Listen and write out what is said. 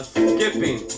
skipping